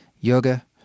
yoga